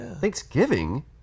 Thanksgiving